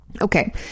Okay